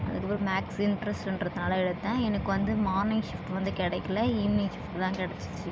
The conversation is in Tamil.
அதுவும் மேக்ஸு இன்ட்ரெஸ்ட்டுன்றதனால எடுத்தேன் எனக்கு வந்து மார்னிங் ஷிஃப்ட் வந்து கிடைக்கல ஈவினிங் ஷிஃப்ட் தான் கிடைச்சிச்சி